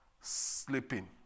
sleeping